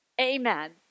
Amen